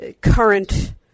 current